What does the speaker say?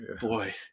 boy